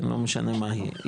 לא משנה מה היא,